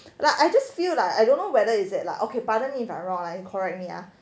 like I just feel like I don't know whether is it lah okay pardon me if I'm wrong lah correct me ah